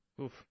Oof